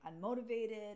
unmotivated